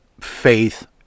faith